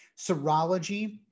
Serology